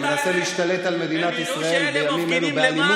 שמנסה להשתלט על מדינת ישראל בימים אלה באלימות,